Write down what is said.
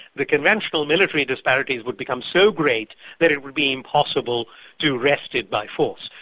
the conventional military disparities would become so great that it would be impossible to arrest it by force.